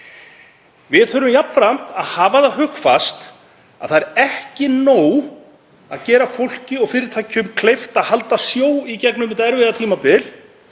Við þurfum jafnframt að hafa hugfast að það er ekki nóg að gera fólki og fyrirtækjum kleift að halda sjó í gegnum þetta erfiða tímabil,